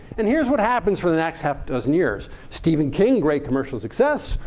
and here's what happens for the next half dozen years. stephen king great commercial success.